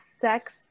sex